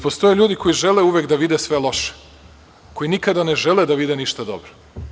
Postoje ljudi koji žele uvek da vide sve loše, koji nikada ne žele da vide ništa dobro.